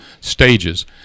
stages